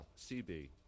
CB